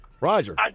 Roger